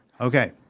Okay